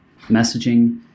messaging